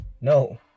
No